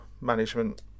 management